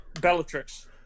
Bellatrix